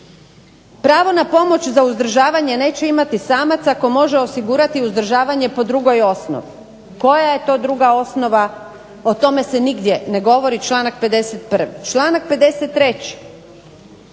Pravo na pomoć za uzdržavanje neće imati samac ako možemo osigurati uzdržavanje po drugoj osnovi. Koja je to druga osnova o tome se nigdje ne govori. Članak 51. Članak 53.